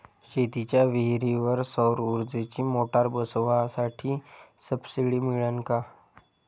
शेतीच्या विहीरीवर सौर ऊर्जेची मोटार बसवासाठी सबसीडी मिळन का?